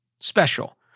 special